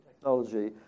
Technology